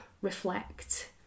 reflect